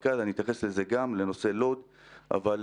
לכן,